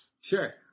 Sure